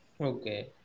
Okay